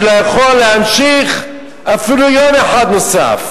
לא יכול להמשיך אפילו יום אחד נוסף.